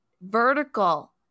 vertical